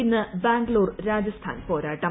ഇന്ന് ബാംഗ്ലൂർ രാജസ്ഥാൻ പോരാട്ടം